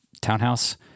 townhouse